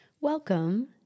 Welcome